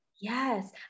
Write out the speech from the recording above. Yes